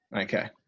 Okay